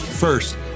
First